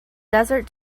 desert